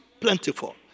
plentiful